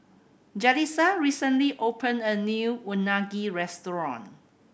Jalisa recently opened a new Unagi restaurant